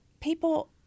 people